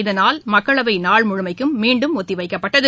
இதனால் மக்களவை நாள் முழுமைக்கும் மீண்டும் ஒத்தி வைக்கப்பட்டது